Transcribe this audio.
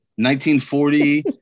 1940